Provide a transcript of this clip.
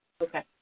Okay